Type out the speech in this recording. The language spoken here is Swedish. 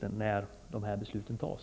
när dessa beslut fattas?